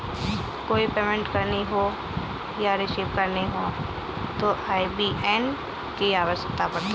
कोई पेमेंट करनी हो या पेमेंट रिसीव करनी हो तो आई.बी.ए.एन की आवश्यकता पड़ती है